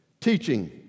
teaching